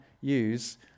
use